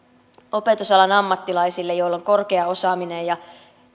opetusalan ammattilaisille joilla on korkea osaaminen ja